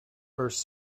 first